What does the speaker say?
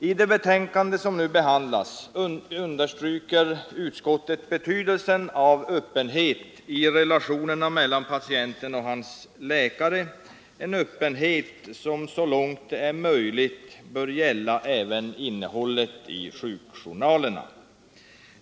I det betänkande som nu behandlas understryker utskottet betydelsen av öppenhet i relationerna mellan patienten och hans läkare, en öppenhet som så långt det är möjligt bör gälla även innehållet i sjukjournalerna.